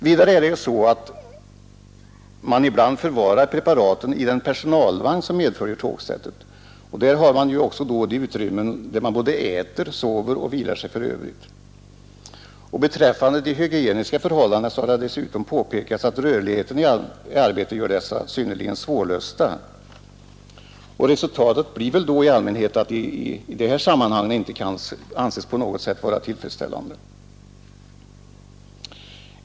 Vidare förvarar man ibland preparaten i den personalvagn som medföljer tågsättet och där man ju också har de utrymmen där man både äter, sover och vilar sig för övrigt. Beträffande de hygieniska förhållandena har det påpekats att rörligheten i arbetet gör att dessa blir synnerligen svåra att bemästra. Resultatet blir givetvis att de i dessa sammanhang inte kan anses på något sätt vara tillfredsställande.